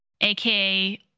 aka